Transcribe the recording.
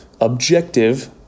objective